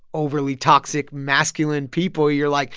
overly-toxic masculine people, you're like